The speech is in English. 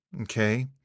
okay